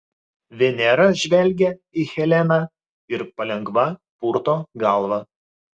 venera žvelgia į heleną ir palengva purto galvą